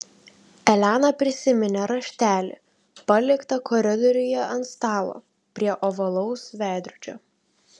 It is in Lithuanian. elena prisiminė raštelį paliktą koridoriuje ant stalo prie ovalaus veidrodžio